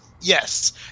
Yes